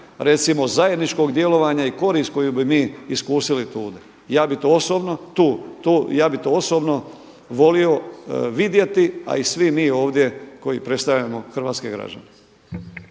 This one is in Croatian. recimo zajedničkog djelovanja i korist koju bi mi iskusili tu. Ja bi to osobne volio vidjeti, a i svi mi ovdje koji predstavljamo hrvatske građane.